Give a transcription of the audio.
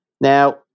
Now